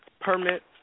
Permits